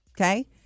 Okay